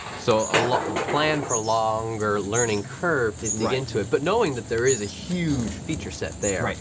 so like plan for longer learning curve to dig into it but knowing that there is a huge feature set there,